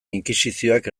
inkisizioak